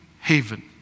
haven